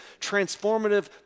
transformative